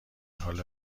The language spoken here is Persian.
حال